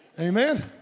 Amen